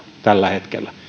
tällä hetkellä